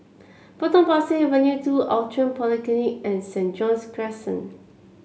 Potong Pasir Avenue two Outram Polyclinic and St John's Crescent